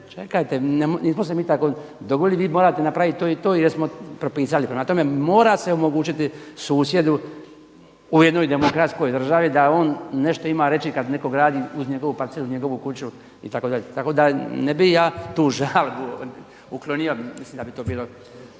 čekajte nismo se mi tako dogovorili, vi morate napraviti to i to jer smo propisali. Prema tome, mora se omogućiti susjedu u jednoj demokratskoj državi da on nešto ima reći kada neko gradi uz njegovu parcelu, uz njegovu kuću itd. Tako da ne bi ja tu žalbu uklonio. Mislim da bi to bilo